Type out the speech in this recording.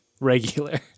Regular